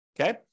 Okay